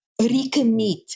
recommit